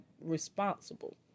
responsible